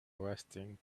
resting